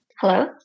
Hello